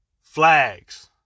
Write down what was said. flags